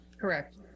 correct